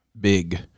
big